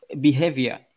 behavior